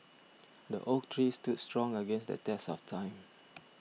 the oak tree stood strong against the test of time